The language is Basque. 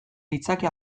ditzake